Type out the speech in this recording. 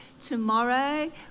tomorrow